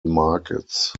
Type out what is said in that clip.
markets